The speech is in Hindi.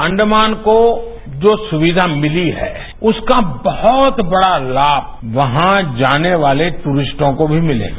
अंडमान को जो सुविधा मिली है उसका बहुत बड़ा लाभ वहां जाने वाले टूरिस्टों को भी मिलेगा